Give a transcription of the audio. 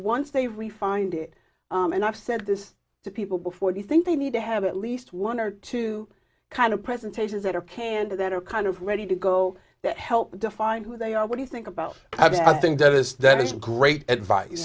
once they refined it and i've said this to people before do you think they need to have at least one or two kind of presentations that are can do that are kind of ready to go that help define who they are what do you think about i mean i think that is that great advice